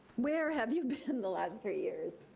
where have you been the last three years?